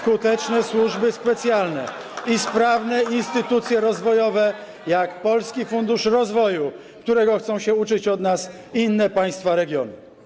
skuteczne służby specjalne i sprawne instytucje rozwojowe, jak Polski Fundusz Rozwoju, którego chcą się uczyć od nas inne państwa regionu.